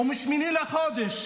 ומ-8 לחודש